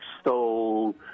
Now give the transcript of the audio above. stole